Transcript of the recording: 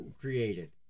created